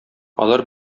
алар